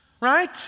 right